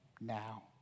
now